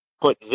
put